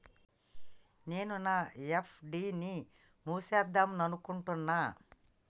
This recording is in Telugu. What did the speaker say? నేను నా ఎఫ్.డి ని మూసివేద్దాంనుకుంటున్న